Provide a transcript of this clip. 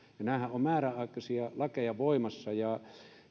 nämähän ovat määräaikaisia lakeja ja